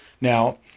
Now